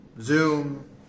Zoom